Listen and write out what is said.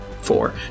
Four